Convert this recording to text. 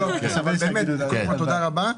באמת תודה רבה.